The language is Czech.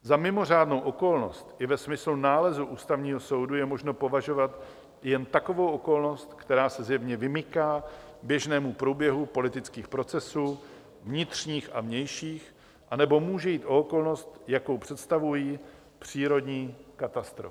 Za mimořádnou okolnost i ve smyslu nálezu Ústavního soudu je možno považovat jen takovou okolnosti, která se zjevně vymyká běžnému průběhu politických procesů vnitřních a vnějších, anebo může jít o okolnost, jakou představují přírodní katastrofy.